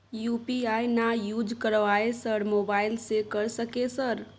UPI ना use करवाएं sir mobile से कर सके सर?